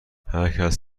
هرکس